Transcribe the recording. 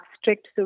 strict